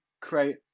create